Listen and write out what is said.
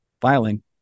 filing